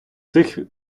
цих